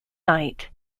night